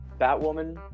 Batwoman